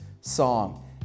song